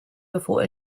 before